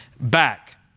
back